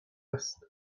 است